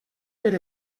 per